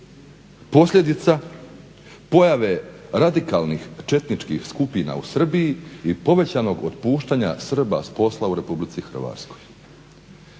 posljedica pojave radikalnih četničkih skupina u Srbiji i povećanog otpuštanja Srba s posla u RH".